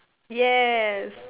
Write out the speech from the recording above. yes